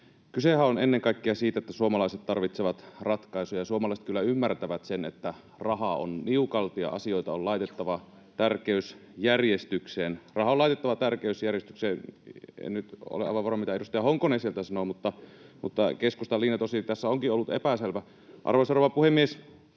kysehän on ennen kaikkea siitä, että suomalaiset tarvitsevat ratkaisuja. Suomalaiset kyllä ymmärtävät sen, että rahaa on niukalti ja asioita on laitettava tärkeysjärjestykseen. Raha on laitettava tärkeysjärjestykseen. [Petri Honkosen välihuuto] — En nyt ole aivan varma, mitä edustaja Honkonen sieltä sanoo, mutta keskustan linja tosin tässä onkin ollut epäselvä. Arvoisa rouva puhemies!